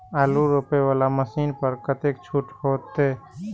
आलू रोपे वाला मशीन पर कतेक छूट होते?